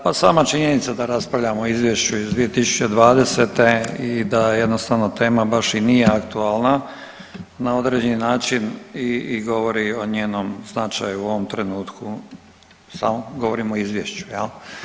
Pa sama činjenica da raspravljamo o izvješću 2020. i da jednostavno tema baš i nije aktualna na određeni način i govori o njenom značaju u ovom trenutku, samo govorimo o Izvješću, je li?